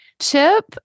Chip